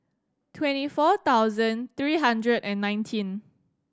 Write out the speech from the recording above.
twenty four thousand three hundred and nineteen